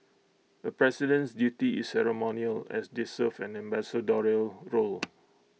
A president's duty is ceremonial as they serve an ambassadorial role